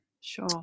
sure